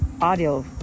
audio